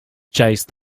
chased